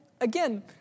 again